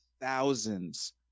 thousands